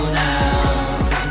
now